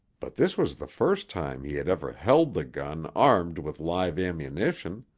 but this was the first time he had ever held the gun armed with live ammunition.